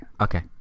Okay